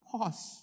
Pause